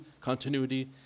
Continuity